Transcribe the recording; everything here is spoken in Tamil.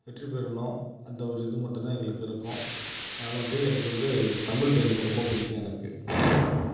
வெற்றி பெறணும் அந்த ஒரு இது மட்டும் தான் எங்களுக்கு இருக்கும் அதால் வந்து எனக்கு வந்து தமிழ் எனக்கு ரொம்ப பிடிக்கும் எனக்கு